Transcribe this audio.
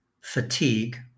fatigue